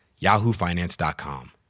yahoofinance.com